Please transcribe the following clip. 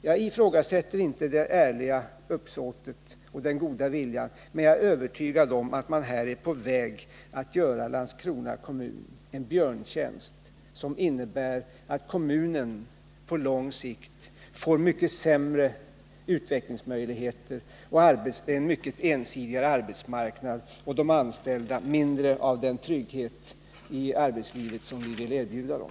Jag ifrågasätter inte det ärliga uppsåtet och den goda viljan, men jag är övertygad om att socialdemokraterna och reservanterna är på väg att göra Landskrona kommun en björntjänst, som innebär att kommunen på lång sikt får mycket sämre utvecklingsmöjligheter och en mycket ensidigare arbetsmarknad och att de anställda får mindre av den trygghet i arbetslivet som vi vill erbjuda dem.